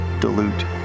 dilute